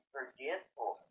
forgetful